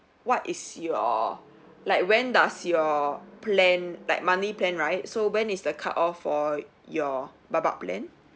what is your like when does your plan like monthly plan right so when is the cut off for your baobab plan